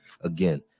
Again